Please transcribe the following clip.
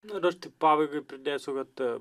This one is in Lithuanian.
nu ir aš taip pabaigai pridėsiu kad